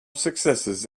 successes